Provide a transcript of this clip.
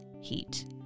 Heat